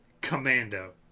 Commando